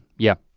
yeah.